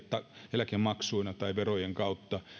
eläkemaksuina tai verojen kautta